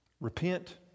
repent